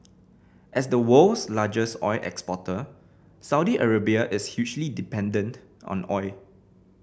as the world's largest oil exporter Saudi Arabia is hugely dependent on oil